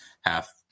half